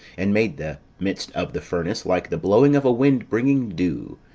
and made the midst of the furnace like the blowing of a wind bringing dew,